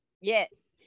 Yes